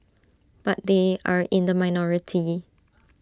but they are in the minority